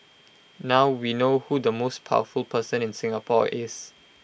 now we know who the most powerful person in Singapore is